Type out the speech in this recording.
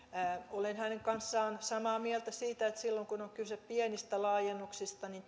olen hänen kanssaan samaa mieltä siitä että silloin kun on kyse pienistä laajennuksista niin